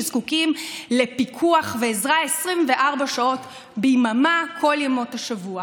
שזקוקים לפיקוח ועזרה 24 שעות ביממה כל ימות השבוע.